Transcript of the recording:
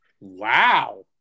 Wow